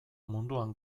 munduan